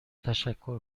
تشکر